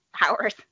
hours